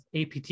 APT